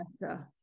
better